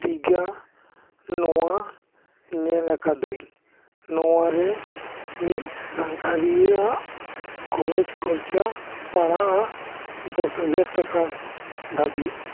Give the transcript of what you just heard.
ᱫᱤᱜᱷᱟ ᱱᱚᱣᱟ ᱧᱮᱞ ᱟᱠᱟᱫᱟᱹᱧ ᱱᱚᱣᱟ ᱨᱮ ᱢᱤᱫ ᱥᱟᱜᱷᱟᱨᱤᱭᱟᱹ ᱟᱜ ᱠᱷᱚᱨᱚᱡᱽ ᱠᱷᱚᱨᱪᱟ ᱯᱟᱲᱟᱜᱼᱟ ᱫᱚᱥ ᱦᱟᱡᱟᱨ ᱴᱟᱠᱟ ᱫᱷᱟᱹᱵᱤᱡ